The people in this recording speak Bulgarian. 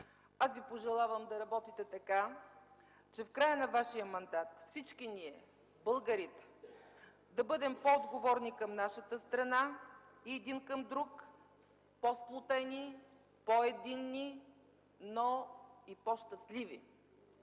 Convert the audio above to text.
Аз Ви пожелавам да работите така, че в края на Вашия мандат всички ние – българите, да бъдем по-отговорни към нашата страна и един към друг, по-сплотени, по-единни, но и по-щастливи!